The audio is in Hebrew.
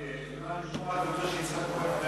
רק למען לשמור על כבודו של חבר הכנסת יצחק,